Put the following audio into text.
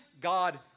God